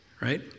right